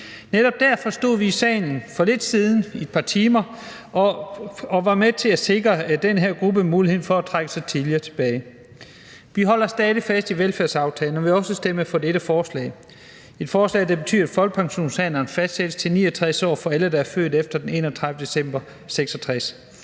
Netop derfor stod vi i salen for lidt siden i et par timer og var med til at sikre den her gruppe muligheden for at trække sig tidligere tilbage. Vi holder stadig fast i velfærdsaftalen og vil også stemme for dette forslag. Det er et forslag, der betyder, at folkepensionsalderen fastsættes til 69 år for alle, der er født efter den 31. december 1966.